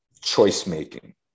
choice-making